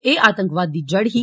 एह् आतंकवाद दी जड़ ही